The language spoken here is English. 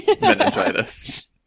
meningitis